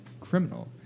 criminal